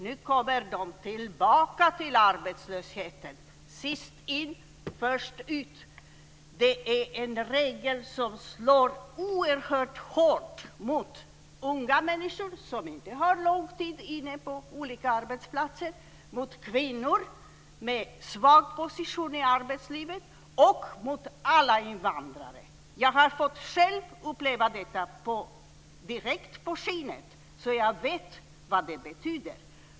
Nu kommer de tillbaka till arbetslösheten - sist in, först ut. Det är en regel som slår oerhört hårt mot unga människor som inte har lång tid på olika arbetsplatser, mot kvinnor med svag position i arbetslivet och mot alla invandrare. Jag har själv fått uppleva detta direkt på skinnet, så jag vet vad det betyder.